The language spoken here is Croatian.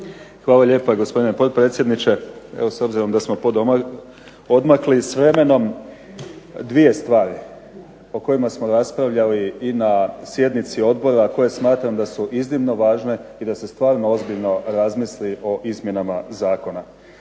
Hvala lijepa gospodine potpredsjedniče. Evo s obzirom da smo odmakli s vremenom, dvije stvari o kojima smo raspravljali i na sjednici odbora a koje smatram da su iznimno važne i da se stvarno ozbiljno razmisli o izmjenama zakona.